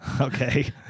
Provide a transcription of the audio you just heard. okay